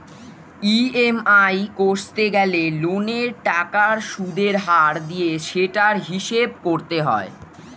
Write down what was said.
EMI কষতে গেলে লোনের টাকার সুদের হার দিয়ে সেটার হিসাব করতে হয়